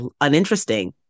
uninteresting